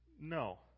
No